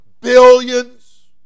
billions